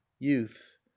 youth